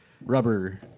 rubber